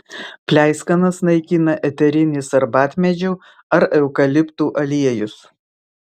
pleiskanas naikina eterinis arbatmedžių ar eukaliptų aliejus